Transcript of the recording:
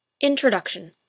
Introduction